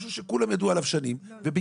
שזה משהו שכולם ידעו עליו שנים ובגלל